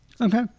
Okay